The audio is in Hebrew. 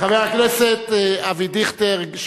חבר הכנסת אבי דיכטר,